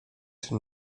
czy